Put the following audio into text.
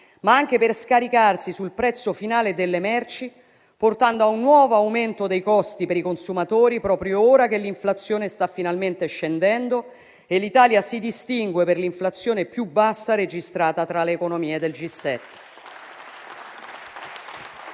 ma anche per scaricarsi sul prezzo finale delle merci, portando a un nuovo aumento dei costi per i consumatori proprio ora che l'inflazione sta finalmente scendendo e l'Italia si distingue per l'inflazione più bassa registrata tra le economie del G7.